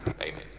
Amen